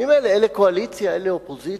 ממילא אלה קואליציה, אלה אופוזיציה.